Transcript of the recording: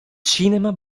cinema